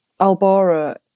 albora